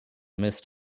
amidst